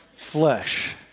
flesh